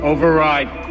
Override